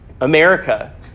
America